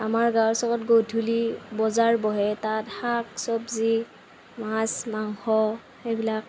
আমাৰ গাঁৱৰ চ'কত গধূলী বজাৰ বহে তাত শাক চব্জি মাছ মাংস সেইবিলাক